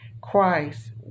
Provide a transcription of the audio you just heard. Christ